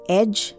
edge